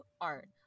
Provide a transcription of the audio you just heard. Art